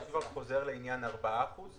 יש כבר חוזר לעניין ארבעה אחוז?